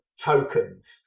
tokens